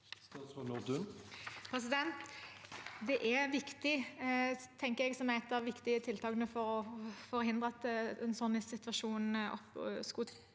at et av de viktige tiltakene for å forhindre at en sånn situasjon skjer